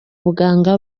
buganga